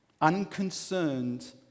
Unconcerned